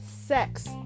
sex